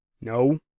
No